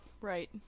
right